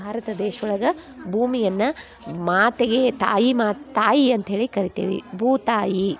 ಭಾರತ ದೇಶ ಒಳಗೆ ಭೂಮಿಯನ್ನ ಮಾತೆಗೆ ತಾಯಿ ಮಾ ತಾಯಿ ಅಂತ್ಹೇಳಿ ಕರಿತೀವಿ ಭೂತಾಯಿ